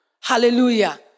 Hallelujah